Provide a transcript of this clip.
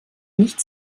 nicht